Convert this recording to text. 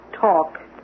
Talk